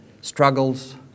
struggles